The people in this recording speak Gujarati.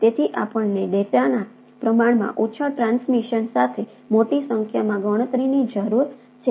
તેથી આપણને ડેટાના પ્રમાણમાં ઓછા ટ્રાન્સમિશન સાથે મોટી સંખ્યામાં ગણતરીની જરૂર છે